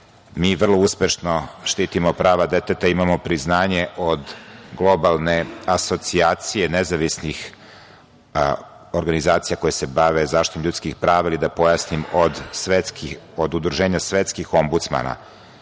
mi vrlo uspešno štitimo prava deteta. Imamo priznanje od Globalne asocijacije nezavisnih organizacija koje se bave zaštitom ljudskih prava ili, da pojasnim, od Udruženja svetskih ombudsmana,